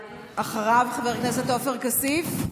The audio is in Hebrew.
אחריו חבר הכנסת עופר כסיף,